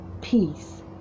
peace